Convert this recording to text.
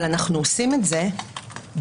אבל אנחנו עושים את זה במשורה,